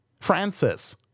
Francis